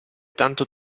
tanto